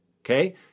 okay